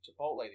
Chipotle